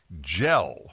gel